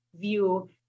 view